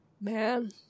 man